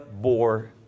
bore